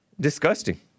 Disgusting